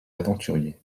aventuriers